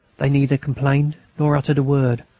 they neither complained nor uttered a word,